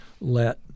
let